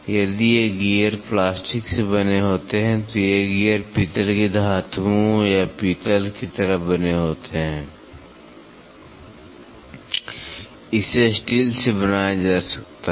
यदि ये gear plastic से बने होते हैं तो ये गियर पीतल की धातुओं या पीतल की तरह बने होते हैं इसे स्टील से बनाया जा सकता है